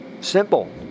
Simple